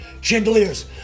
Chandeliers